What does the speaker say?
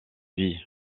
vie